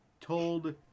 told